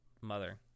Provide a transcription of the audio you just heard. mother